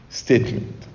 statement